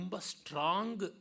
strong